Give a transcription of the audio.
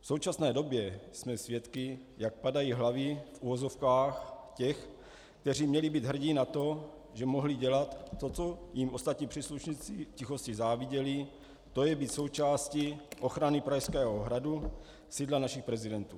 V současné době jsme svědky, jak padají hlavy, v uvozovkách, těch, kteří měli být hrdí na to, že mohli dělat to, co jim ostatní příslušníci v tichosti záviděli, tj. být součástí ochrany Pražského hradu, sídla našich prezidentů.